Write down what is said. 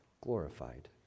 glorified